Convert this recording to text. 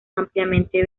ampliamente